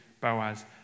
Boaz